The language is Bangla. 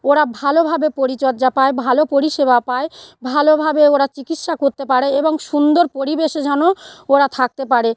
ওরা ভালোভাবে পরিচর্যা পায় ভালো পরিষেবা পায় ভালোভাবে ওরা চিকিৎসা করতে পারে এবং সুন্দর পরিবেশে যেন ওরা থাকতে পারে